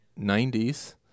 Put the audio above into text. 90s